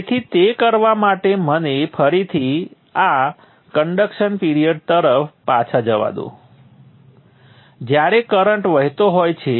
તેથી તે કરવા માટે મને ફરીથી આ કન્ડક્શન પિરીઅડ તરફ પાછા જવા દો જ્યારે કરંટ વહેતો હોય છે